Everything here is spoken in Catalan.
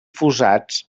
fossats